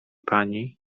pani